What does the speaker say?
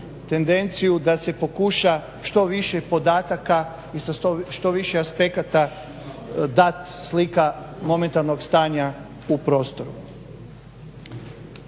da se pokuša što više podataka i što više aspekata dat slika momentalnog stanja u prostoru.